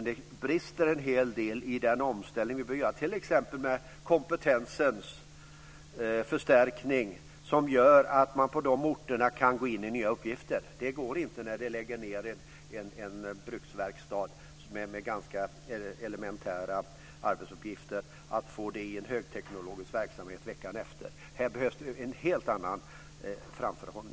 Det brister en hel del i den omställning vi bör göra, t.ex. kompetensförstärkning, för att man på de orterna ska kunna gå in i nya uppgifter. När man lägger ned en bruksverkstad med ganska elementära arbetsuppgifter går det inte att få en högteknologisk verksamhet där veckan efter. Här behövs en helt annan framförhållning.